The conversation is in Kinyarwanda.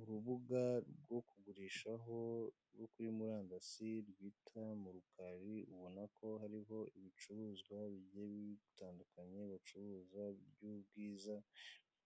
Urubuga rwo kugurishaho rwo kuri murandasi rwita mu rukari, ubonako hariho ibicuruzwa bigiye bitandukanye bacuruza by'ubwiza,